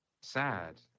sad